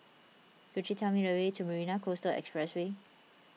could you tell me the way to Marina Coastal Expressway